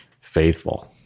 faithful